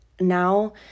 now